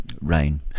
rain